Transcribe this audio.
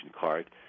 card